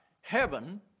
heaven